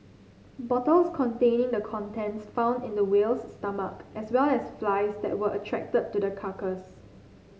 bottles containing the contents found in the whale's stomach as well as flies that were attracted to the carcass